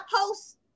post